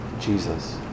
Jesus